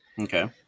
Okay